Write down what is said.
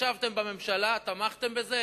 ישבתם בממשלה ותמכתם בזה?